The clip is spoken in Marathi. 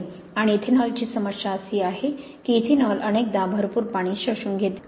आणि इथेनॉलची समस्या अशी आहे की इथेनॉल अनेकदा भरपूर पाणी शोषून घेते